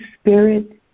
Spirit